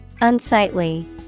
Unsightly